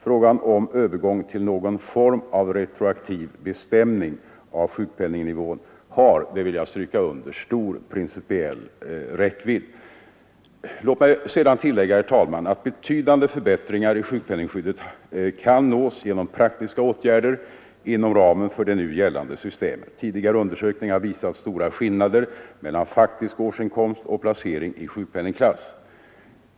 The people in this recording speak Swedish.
Frågan om övergång till någon form av retroaktiv bestämning av sjukpenningnivån har, det vill jag stryka under, 17 stor principiell räckvidd. Betydande förbättringar i sjukpenningskyddet kan nås genom praktiska åtgärder inom ramen för det nu gällande systemet. Tidigare undersökningar har visat stora skillnader mellan faktisk årsinkomst och placering i sjukpenningklass.